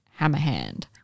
Hammerhand